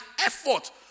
effort